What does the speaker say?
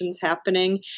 happening